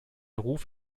ruf